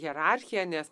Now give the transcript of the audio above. hierarchija nes